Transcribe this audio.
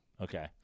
Okay